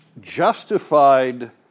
justified